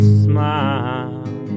smile